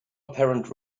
apparent